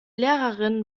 lehrerin